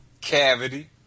Cavity